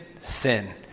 sin